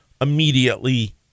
immediately